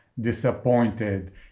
disappointed